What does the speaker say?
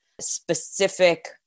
specific